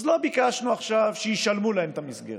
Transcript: אז לא ביקשנו עכשיו שישלמו להם את המסגרת.